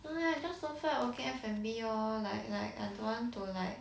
don't know leh just don't feel like working F&B orh like like I don't want to like